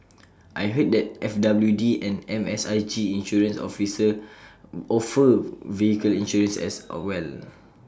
I heard that FWD and MSIG insurance offer vehicle insurance as well